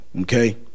Okay